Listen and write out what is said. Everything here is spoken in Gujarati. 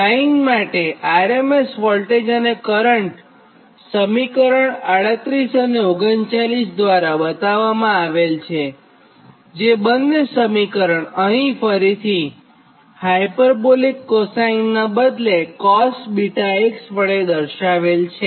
લાઇન માટે RMS વોલ્ટેજ અને કરંટ સમીકરણ 38 અને 39 દ્વારા બતાવ્વામાં આવેલ છેજે બંને સમીકરણ અહીં ફરી હાયપરબોલિક કોસાઇન નાં બદલે cos βx વડે દર્શાવેલ છે